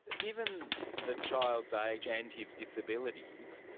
given the child's age and his disabilities,